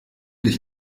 dich